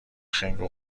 خنگ